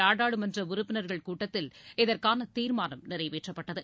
நாடாளுமன்ற உறுப்பினர்கள் கூட்டத்தில் இதற்கான தீர்மானம் நிறைவேற்றப்பட்டது